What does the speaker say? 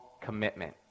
commitment